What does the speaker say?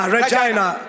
Regina